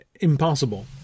impossible